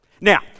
Now